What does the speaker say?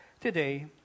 today